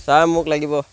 sir মোক লাগিব